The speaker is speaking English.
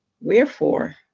wherefore